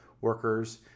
workers